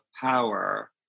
power